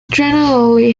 generally